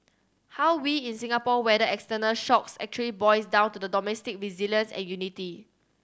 how we in Singapore weather external shocks actually boils down to the domestic resilience and unity